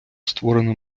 створено